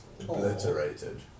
obliterated